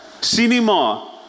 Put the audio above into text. Cinema